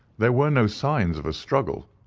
there were no signs of a struggle,